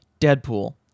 deadpool